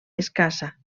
escassa